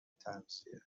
تغذیه